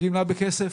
הגמלה בכסף,